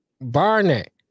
Barnett